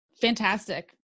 Fantastic